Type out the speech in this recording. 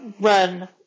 Run